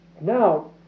Now